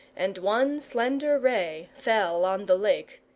and one slender ray fell on the lake.